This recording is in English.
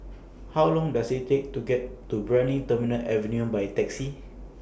How Long Does IT Take to get to Brani Terminal Avenue By Taxi